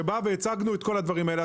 שבה הצגנו את כל הדברים האלה.